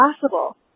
possible